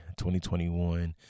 2021